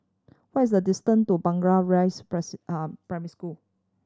what is the distance to Blangah Rise Primary School